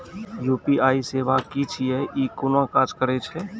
UPI सेवा की छियै? ई कूना काज करै छै?